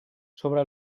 sobre